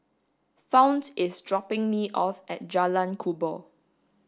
Fount is dropping me off at Jalan Kubor